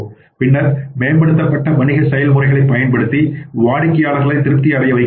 பின்னர் மேம்படுத்தப்பட்ட வணிக செயல் முறைகளை பயன்படுத்தி வாடிக்கையாளர்களை திருப்தி அடைய வைக்கிறோம்